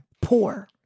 Poor